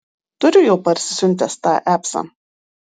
turiu jau parsisiuntęs tą apsą